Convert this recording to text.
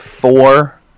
four